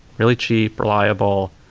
really cheap, reliable.